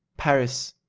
paris,